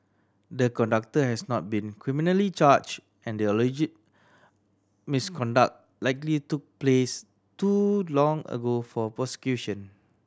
the conductor has not been criminally charged and the alleged misconduct likely took place too long ago for prosecution